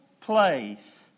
place